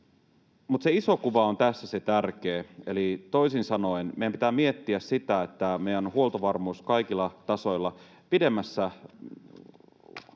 Mutta se iso kuva on tässä se tärkeä, eli toisin sanoen meidän pitää miettiä sitä, että meidän huoltovarmuutemme kaikilla tasoilla pidemmässä